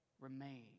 remain